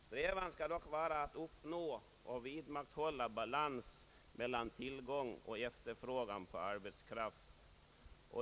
Strävan bör dock vara att uppnå och vidmakthålla balans mellan tillgång och efterfrågan på arbetskraft.